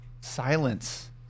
silence